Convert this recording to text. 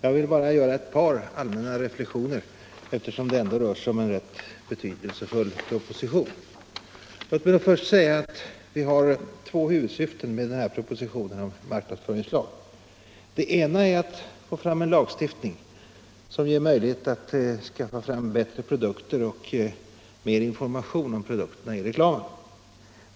Jag vill bara göra ett par allmänna reflexioner, eftersom det ändå rör sig om en rätt betydelsefull proposition. Låt mig först säga att vi har två huvudsyften med propositionen om marknadsföringslag. Det ena är att få till stånd en lagstiftning som ger möjlighet att skaffa fram bättre produkter och mer information om produkterna i reklamen.